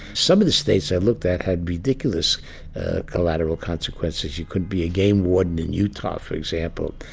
some of the states said, look, that had ridiculous collateral consequences. you could be a game warden in utah, for example.